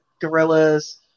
gorillas